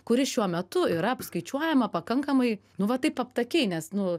kuri šiuo metu yra apskaičiuojama pakankamai nu va taip aptakiai nes nu